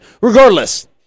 Regardless